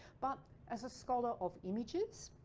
but as a scholar of images.